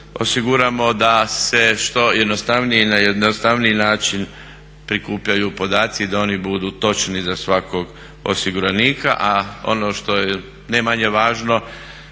osiguramo da se što jednostavnije i na jednostavniji način prikupljaju podaci i da oni budu točni za svakog osiguranika, a ono što je ne manje važno